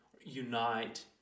unite